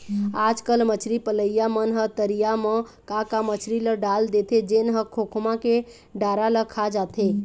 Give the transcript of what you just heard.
आजकल मछरी पलइया मन ह तरिया म का का मछरी ल डाल देथे जेन ह खोखमा के डारा ल खा जाथे